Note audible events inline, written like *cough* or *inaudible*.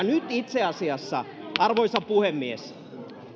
*unintelligible* nyt itse asiassa arvoisa puhemies